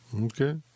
Okay